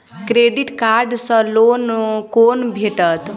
Credit card सँ loan कोना भेटत?